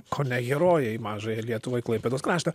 kone herojai į mažąją lietuvą į klaipėdos kraštą